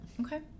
Okay